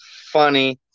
funny